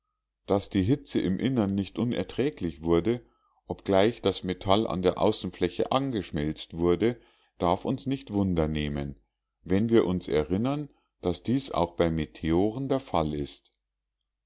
daß die hitze im innern nicht unerträglich wurde obgleich das metall an der außenfläche angeschmelzt wurde darf uns nicht wundernehmen wenn wir uns erinnern daß dies auch bei meteoren der fall ist